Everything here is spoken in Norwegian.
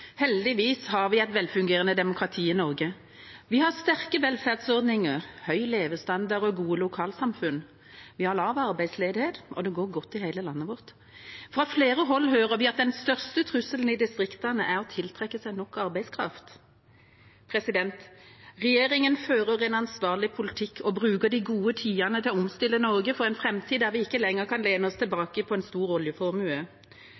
Heldigvis har vi et velfungerende demokrati i Norge. Vi har sterke velferdsordninger, høy levestandard og gode lokalsamfunn. Vi har lav arbeidsledighet, og det går godt i hele landet vårt. Fra flere hold hører vi at den største trusselen i distriktene er ikke å tiltrekke seg nok arbeidskraft. Regjeringa fører en ansvarlig politikk og bruker de gode tidene til å omstille Norge for en framtid der vi ikke lenger kan lene oss